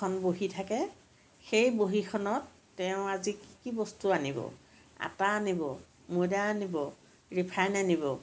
এখন বহী থাকে সেই বহীখনত তেওঁ আজি কি কি বস্তু আনিব আটা আনিব ময়দা আনিব ৰিফাইন আনিব